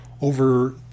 over